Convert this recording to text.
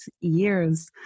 years